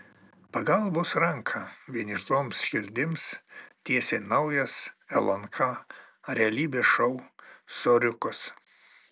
pagalbos ranką vienišoms širdims tiesia naujas lnk realybės šou soriukas